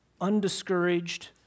undiscouraged